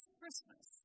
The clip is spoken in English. Christmas